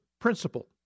principle